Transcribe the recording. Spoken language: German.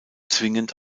zwingend